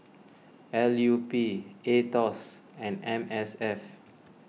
L U P Aetos and M S F